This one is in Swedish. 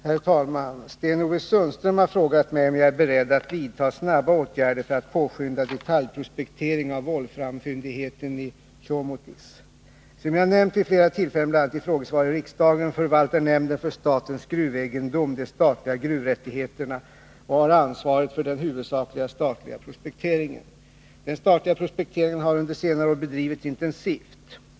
Herr talman! Sten-Ove Sundström har frågat mig om jag är beredd att vidta snabba åtgärder för att påskynda detaljprospekteringen av volframfyndigheten i Tjåmotis. Som jag nämnt vid flera tillfällen, bl.a. i frågesvar i riksdagen, förvaltar nämnden för statens gruvegendom de statliga gruvrättigheterna och har ansvaret för den huvudsakliga statliga prospekteringen. Den statliga prospekteringen har under senare år bedrivits intensivt.